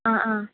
ആ ആ